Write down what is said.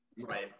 Right